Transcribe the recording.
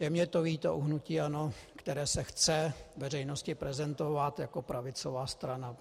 Je mně to líto u hnutí ANO, které se chce veřejnosti prezentovat jako pravicová strana.